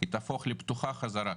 היא תהפוך לפתוחה חזרה.